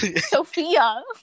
Sophia